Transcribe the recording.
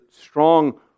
strong